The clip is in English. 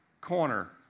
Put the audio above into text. corner